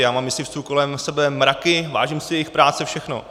Já mám myslivců kolem sebe mraky, vážím si jejich práce, všechno.